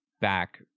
back